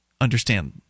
understand